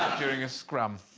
during a scrum